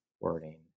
wording